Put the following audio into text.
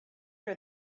her